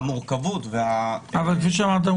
אבל כפי שאמרת,